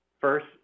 First